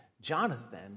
Jonathan